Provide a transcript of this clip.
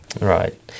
Right